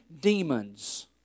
demons